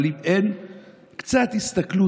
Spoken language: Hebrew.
אבל אם אין קצת הסתכלות,